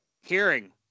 Hearing